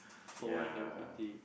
for one Hello-Kitty